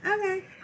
Okay